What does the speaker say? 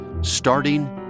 starting